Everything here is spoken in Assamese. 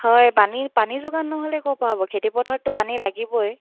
হয় পানী পানী যোগান নহ'লে ক'ৰ পৰা হ'ব খেতি পথাৰতটো পানী লাগিবই